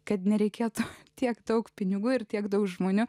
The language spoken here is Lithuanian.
kad nereikėtų tiek daug pinigų ir tiek daug žmonių